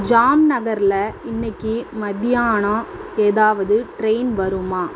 ஜாம்நகரில் இன்னைக்கி மத்தியானம் எதாவது ட்ரெயின் வருமா